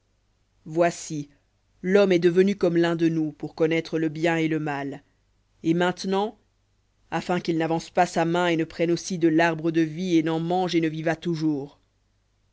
voici l'homme est devenu comme l'un de nous pour connaître le bien et le mal et maintenant afin qu'il n'avance pas sa main et ne prenne aussi de l'arbre de vie et n'en mange et ne vive à toujours